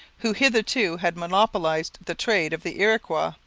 who hitherto had monopolized the trade of the iroquois.